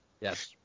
Yes